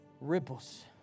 Ripples